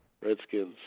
Redskins